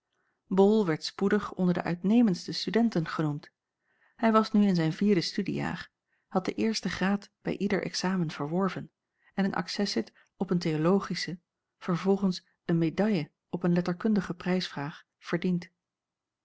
bol werd spoedig onder de uitnemendste studenten genoemd hij was nu in zijn vierde studiejaar had den eersten graad bij ieder examen verworven en een accessit op een theologische vervolgens een medaille op een letterkundige prijsvraag verdiend